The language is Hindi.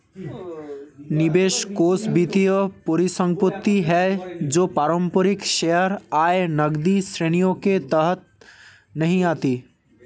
निवेश कोष वित्तीय परिसंपत्ति है जो पारंपरिक शेयर, आय, नकदी श्रेणियों के तहत नहीं आती